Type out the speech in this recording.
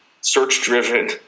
search-driven